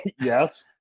Yes